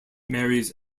marries